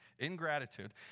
Ingratitude